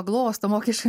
glosto mokesčių